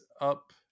up